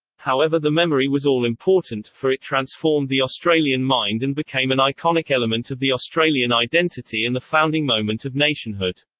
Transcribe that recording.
however the memory was all-important, for it transformed the australian mind and became an iconic element of the australian identity and the founding moment of nationhood.